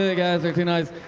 ah guys are too nice.